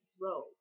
grow